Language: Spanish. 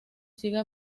siga